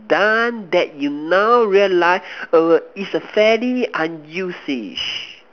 done that you now realize over it's a fairly unusual